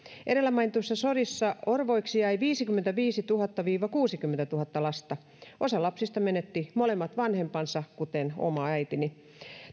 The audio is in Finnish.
edellä mainituissa sodissa orvoiksi jäi viisikymmentäviisituhatta viiva kuusikymmentätuhatta lasta osa lapsista menetti molemmat vanhempansa kuten oma äitini